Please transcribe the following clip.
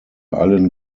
allen